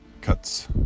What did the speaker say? cuts